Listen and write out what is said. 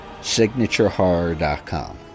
Signaturehorror.com